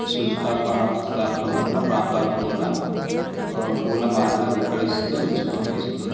సుస్థాపనం స్థానాలో ఉన్న ప్రాంతాలు కూడా పూల మాదిర వికసిస్తూ విచ్చుకుని ఇస్తుంది